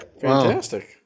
fantastic